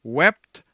wept